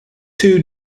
two